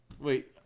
wait